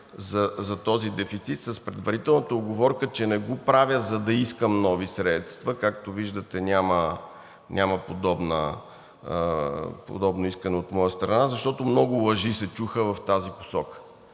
за този дефицит с предварителната уговорка, че не го правя, за да искам нови средства – както виждате няма подобно искане от моя страна, а защото много лъжи се чуха в тази посока.